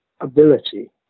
ability